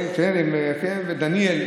כן, ודניאל.